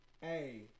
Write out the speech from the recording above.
hey